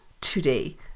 today